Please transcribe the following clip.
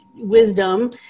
wisdom